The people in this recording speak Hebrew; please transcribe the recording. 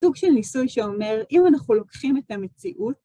סוג של ניסוי שאומר, אם אנחנו לוקחים את המציאות...